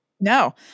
No